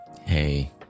Hey